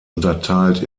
unterteilt